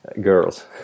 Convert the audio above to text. girls